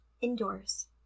indoors